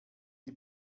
die